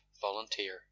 volunteer